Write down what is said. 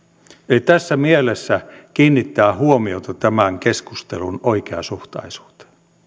eli tässä mielessä kiinnittää huomiota tämän keskustelun oikeasuhtaisuuteen